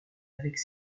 avec